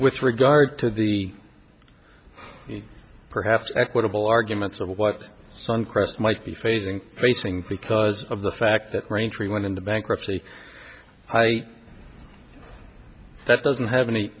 with regard to the perhaps equitable arguments of what suncrest might be facing facing because of the fact that braintree went into bankruptcy that doesn't have any